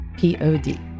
Pod